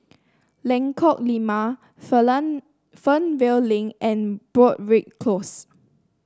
Lengkok Lima Fernvale Link and Broadrick Close